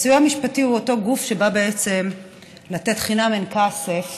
הסיוע המשפטי הוא אותו גוף שבא לתת חינם אין כסף